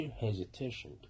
hesitation